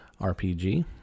RPG